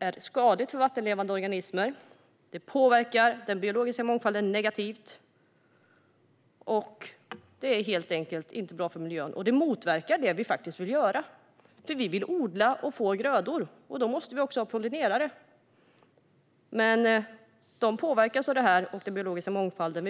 är skadligt för vattenlevande organismer och påverkar den biologiska mångfalden negativt. Det är helt enkelt inte bra för miljön. Ämnet motverkar faktiskt det vi vill göra. Vi vill odla och få grödor, och då måste det också finnas pollinerare. Men pollinerare och den biologiska mångfalden påverkas.